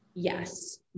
Yes